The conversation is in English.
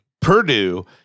Purdue